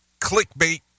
clickbait